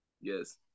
Yes